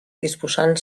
disposant